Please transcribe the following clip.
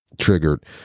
triggered